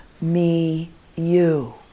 me-you